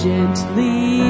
Gently